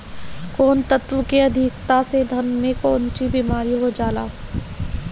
कौन तत्व के अधिकता से धान में कोनची बीमारी हो जाला?